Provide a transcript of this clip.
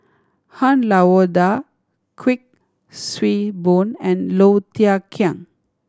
Han Lao Da Kuik Swee Boon and Low Thia Khiang